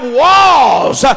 walls